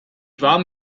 warm